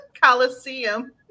Coliseum